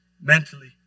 mentally